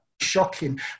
shocking